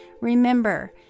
Remember